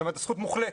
זו זכות מוחלטת.